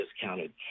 discounted